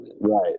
right